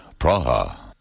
Praha